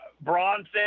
bronson